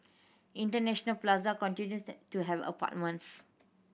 International Plaza continues to have apartments